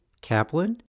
Kaplan